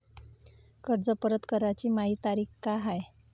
कर्ज परत कराची मायी तारीख का हाय?